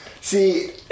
See